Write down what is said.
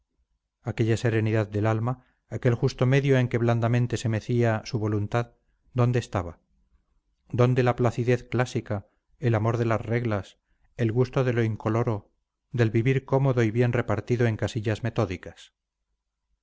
aquella serenidad del alma aquel justo medio en que blandamente se mecía su voluntad dónde estaba dónde la placidez clásica el amor de las reglas el gusto de lo incoloro del vivir cómodo y bien repartido en casillas metódicas